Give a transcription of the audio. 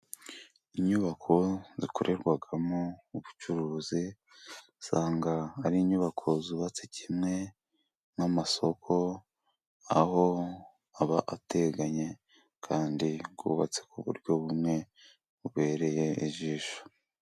Inyubako zikorerwamo ubucuruzi, usanga ari inyubako zubatse kimwe n'amasoko, aho aba ateganye kandi yubatse ku buryo bumwe, bubereye ijisho.